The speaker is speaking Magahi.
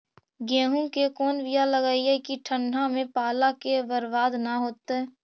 गेहूं के कोन बियाह लगइयै कि ठंडा में पाला से बरबाद न होतै?